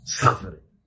suffering